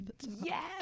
Yes